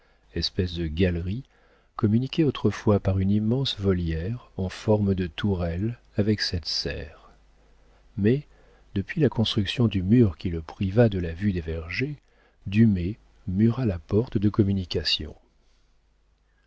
espèce de galerie communiquait autrefois par une immense volière en forme de tourelle avec cette serre mais depuis la construction du mur qui le priva de la vue des vergers dumay mura la porte de communication